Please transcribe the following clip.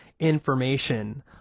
information